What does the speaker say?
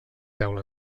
teula